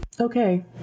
Okay